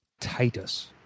Titus